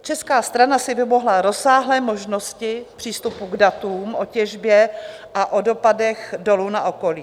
Česká strana si vymohla rozsáhlé možnosti přístupu k datům o těžbě a o dopadech dolu na okolí.